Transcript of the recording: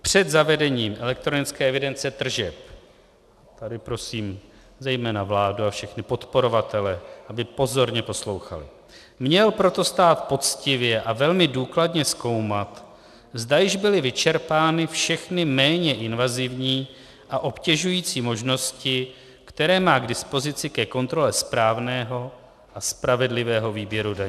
Před zavedením EET tady prosím zejména vládu a všechny podporovatele, aby pozorně poslouchali měl proto stát poctivě a velmi důkladně zkoumat, zda již byly vyčerpány všechny méně invazivní a obtěžující možnosti, které má k dispozici ke kontrole správného a spravedlivého výběru daní.